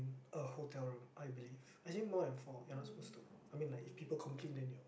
a hotel room I believe actually more than four you're not supposed to I mean like if people complain then you